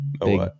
big